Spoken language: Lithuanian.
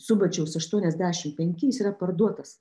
subačiaus aštuoniasdešim penki jis yra parduotas